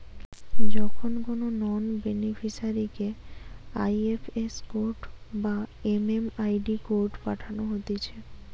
যখন কোনো নন বেনিফিসারিকে আই.এফ.এস কোড বা এম.এম.আই.ডি কোড পাঠানো হতিছে